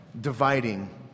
dividing